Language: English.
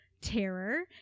terror